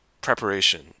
preparation